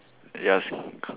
yes